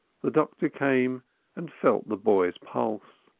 the doctor came and felt the boy's pulse.